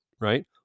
Right